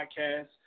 Podcast